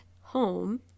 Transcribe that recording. home